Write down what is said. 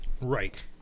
Right